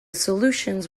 solutions